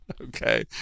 okay